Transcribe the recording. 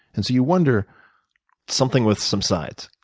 and so you wonder something with some sides.